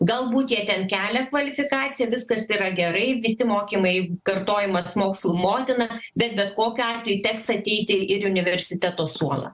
galbūt jie ten kelia kvalifikaciją viskas yra gerai visi mokymai kartojimas mokslų motina bet bet kokiu atveju teks ateiti ir į universiteto suolą